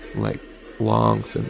like lungs, and